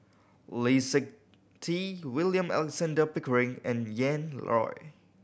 Lee Seng Tee William Alexander Pickering and Ian Loy